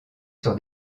sur